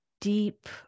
deep